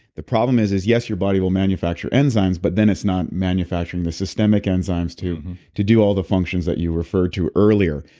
the problem is, yes, your body will manufacture enzymes, but then it's not manufacturing the systemic enzymes to to do all the functions that you referred to earlier.